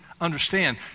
understand